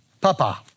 Papa